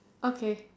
okay